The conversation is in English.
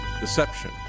deception